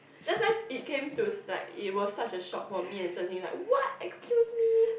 that's why it came to like it was such a shock for me and Zi-Xin like what excuse me